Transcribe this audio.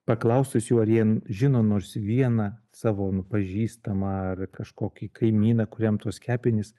paklausus jų ar jie žino nors vieną savo pažįstamą ar kažkokį kaimyną kuriam tas kepenis